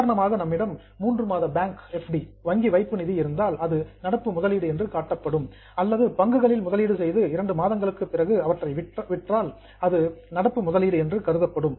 உதாரணமாக நம்மிடம் மூன்று மாத பேங்க் எப் டி வங்கி வைப்பு நிதி இருந்தால் அது நடப்பு முதலீடு என்று காட்டப்படும் அல்லது ஷேர்ஸ் பங்குகளில் முதலீடு செய்து இரண்டு மாதங்களுக்கு பிறகு அவற்றை விற்றால் அது நடப்பு முதலீடு என்று கருதப்படும்